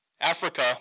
Africa